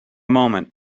moment